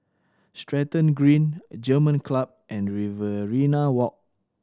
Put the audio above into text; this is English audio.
Stratton Green German Club and Riverina Walk